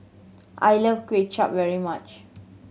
I love Kuay Chap very much